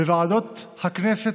בוועדות הכנסת,